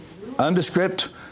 undescript